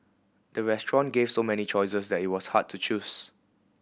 the restaurant gave so many choices that it was hard to choose